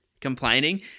complaining